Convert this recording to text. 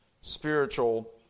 spiritual